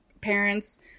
parents